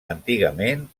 antigament